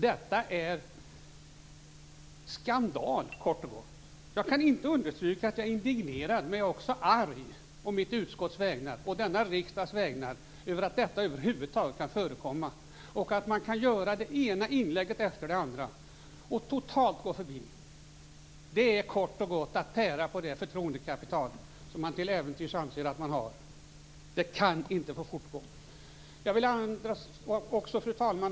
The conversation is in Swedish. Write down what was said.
Detta är kort och gott skandal. Jag är indignerad, men jag är också arg å mitt utskotts och denna riksdags vägnar över att detta över huvud taget kan förekomma och över att man kan göra det ena inlägget efter det andra och totalt gå förbi detta. Det är kort och gott att tära på det förtroendekapital som man till äventyrs anser att man har. Det kan inte få fortgå. Fru talman!